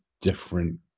different